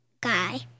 guy